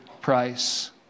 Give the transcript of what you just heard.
price